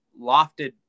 lofted